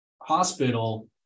hospital